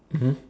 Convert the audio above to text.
mmhmm